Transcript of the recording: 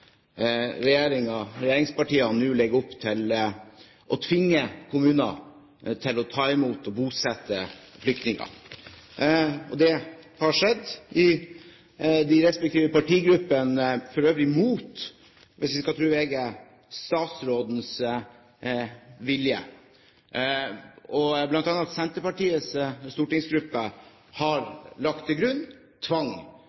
regjeringspartiene nå legger opp til å tvinge kommuner til å ta imot og bosette flyktninger. Det har skjedd i de respektive partigruppene, for øvrig mot – hvis vi skal tro VG – statsrådens vilje. Blant annet har Senterpartiets stortingsgruppe lagt tvang